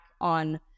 on